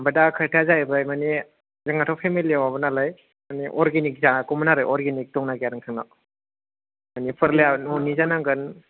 आमफ्राय दा खोथाया जाहैबाय मानि जोंहाथ' फेमिलिआव माबा नालाय मानि ओर्गेनिक जागौमोन आरो ओर्गेनिक दं ना गैया नोंथां नाव मानि फोरलाया न'नि जानांगोन